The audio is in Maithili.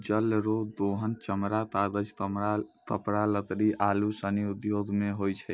जल रो दोहन चमड़ा, कागज, कपड़ा, लकड़ी आरु सनी उद्यौग मे होय छै